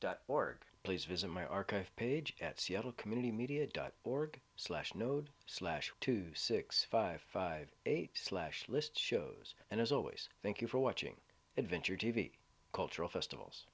dot org please visit my archive page at seattle community media dot org slash node slash two six five five eight slash list shows and as always thank you for watching adventure t v cultural festivals